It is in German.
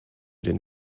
den